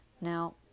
Now